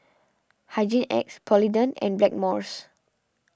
Hygin X Polident and Blackmores